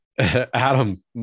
Adam